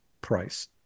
price